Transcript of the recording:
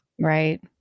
Right